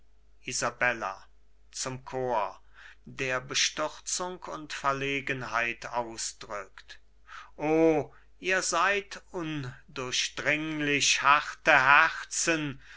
isabella zum chor der bestürzung und verlegenheit ausdrückt o seid ihr undurchdringlich harte herzen